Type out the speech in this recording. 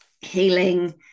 healing